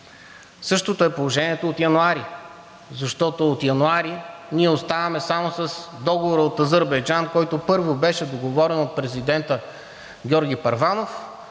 Същото е положението от месец януари, защото от месец януари ние оставаме само с договора от Азербайджан, който първо беше договорен от президента Георги Първанов,